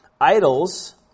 idols